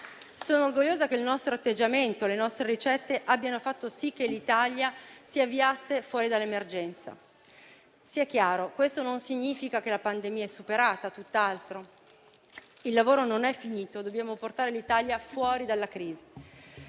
Sono orgogliosa che il nostro atteggiamento e le nostre ricette abbiano fatto sì che l'Italia si avviasse fuori dall'emergenza. Sia chiaro: questo non significa che la pandemia è superata, tutt'altro; il lavoro non è finito, dobbiamo portare l'Italia fuori dalla crisi.